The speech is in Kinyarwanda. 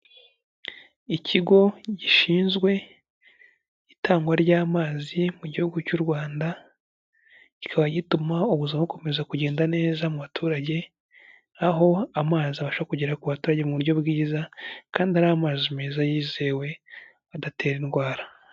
Ikigo gishinzwe itangwa ry'amazi mu gihugu cy'u Rwanda kikaba gituma ubuzima bukomeza kugenda neza mu baturage aho amazi abasha kugera ku baturage mu buryo bwiza kandi ari amazi meza yizewe adatera indwara.